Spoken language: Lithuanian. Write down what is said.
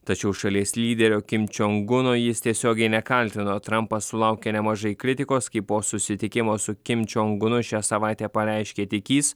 tačiau šalies lyderio kim čoing uno jis tiesiogiai nekaltino trampas sulaukė nemažai kritikos kai po susitikimo su kim čiong unu šią savaitę pareiškė tikįs